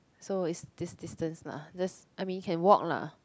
so is this distance mah that's I mean can walk lah